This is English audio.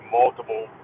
multiple